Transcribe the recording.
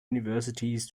universities